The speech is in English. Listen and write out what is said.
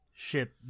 ship